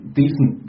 decent